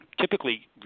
typically